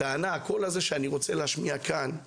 הקול שאני רוצה להשמיע כאן הוא